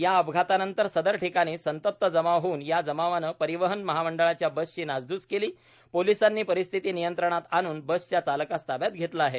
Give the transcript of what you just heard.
या अपघातानंतर सदर ठिकाणी संतप्त जमाव होऊन या जमावाने परिवहन महामंडळाच्या बसची नासधूस केली पोलिसांनी परिस्थिती नियंत्रणात आणून बसच्या चालकास ताब्यात घेतले आहे